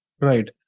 Right